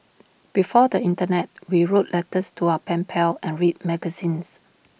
before the Internet we wrote letters to our pen pals and read magazines